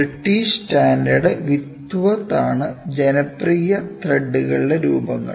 British standard Whitworth ആണ് ജനപ്രിയ ത്രെഡുകളുടെ രൂപങ്ങൾ